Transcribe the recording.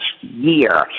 year